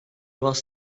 was